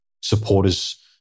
supporters